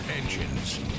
engines